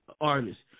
artists